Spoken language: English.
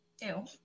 Ew